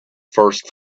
first